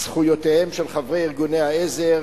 זכויותיהם של חברי ארגוני העזר,